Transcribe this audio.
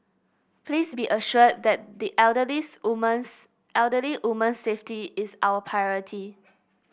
please be assured that the elderly woman's elderly woman's safety is our priority